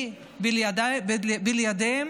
בלעדיהם